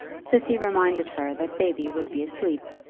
cissy reminded her that baby would be asleep.